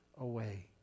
away